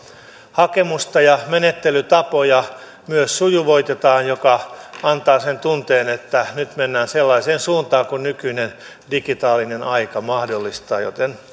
hakemusta ja menettelytapoja myös sujuvoitetaan mikä antaa sen tunteen että nyt mennään sellaiseen suuntaan kuin nykyinen digitaalinen aika mahdollistaa joten